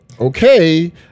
okay